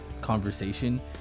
conversation